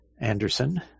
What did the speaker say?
Anderson